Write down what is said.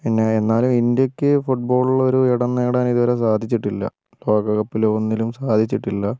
പിന്നെ എന്നാലും ഇന്ത്യയ്ക്ക് ഫുട്ബോളിലൊരു ഇടം നേടാൻ ഇതുവരെ സാധിച്ചിട്ടില്ല ലോകകപ്പിലോ ഒന്നിലും സാധിച്ചിട്ടില്ല